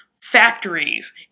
factories